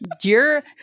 dear